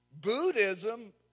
Buddhism